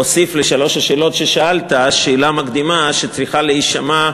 אוסיף לשלוש השאלות ששאלת שאלה מקדימה שצריכה להישמע,